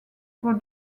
for